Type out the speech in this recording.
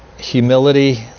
humility